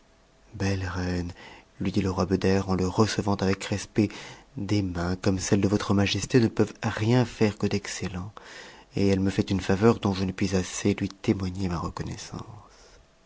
belle reine luidit le roi beder en le recevant avec respect des mains comme celles de votre majesté ne peuvent rien faire que d'excellent et elle me fait une faveur dont je ne puis assez lui témoigner ma reconnaissance